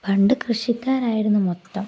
പണ്ട് കൃഷിക്കാരായിരുന്നു മൊത്തം